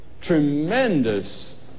tremendous